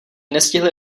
nestihli